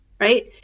Right